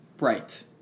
Right